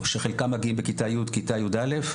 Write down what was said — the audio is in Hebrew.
שחלקם מגיעים בכיתה י' כיתה יא',